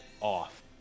off